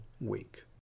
week